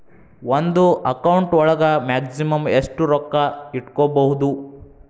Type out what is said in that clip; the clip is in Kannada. ಒಂದು ಅಕೌಂಟ್ ಒಳಗ ಮ್ಯಾಕ್ಸಿಮಮ್ ಎಷ್ಟು ರೊಕ್ಕ ಇಟ್ಕೋಬಹುದು?